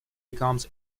becomes